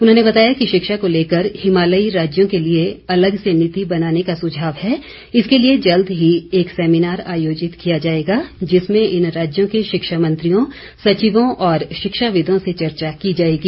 उन्होंने बताया कि शिक्षा को लेकर हिमालयी राज्यों के लिए अलग से नीति बनाने का सुझाव है इसके लिए जल्द ही एक सैमीनार आयोजित किया जाएगा जिसमें इन राज्यों के शिक्षा मंत्रियों सचिवों और शिक्षाविदों से चर्चा की जाएगी